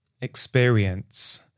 experience